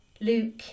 Luke